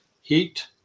heat